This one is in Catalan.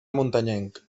muntanyenc